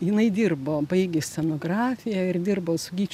jinai dirbo baigė scenografiją ir dirbo su gyčiu